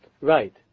right